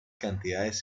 cantidades